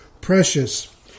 precious